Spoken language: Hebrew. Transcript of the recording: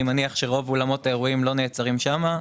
אני מניח שרוב אולמות האירועים לא נעצרים שם,